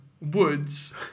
Woods